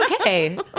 okay